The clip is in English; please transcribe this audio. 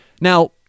Now